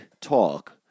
talk